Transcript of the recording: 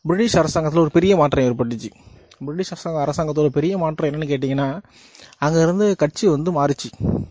British அரசாங்கத்தில் ஒரு பெரிய மாற்றம் ஏற்பட்டுச்சு பிரிட்டிஷ் அரசு அரசாங்கத்தில் ஒரு பெரிய மாற்றம் என்னனு கேட்டிங்கனா அங்கே இருந்து கட்சி வந்து மாறுச்சு